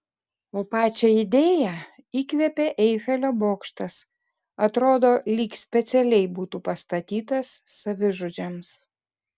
o pačią idėją įkvėpė eifelio bokštas atrodo lyg specialiai būtų pastatytas savižudžiams